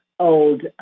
old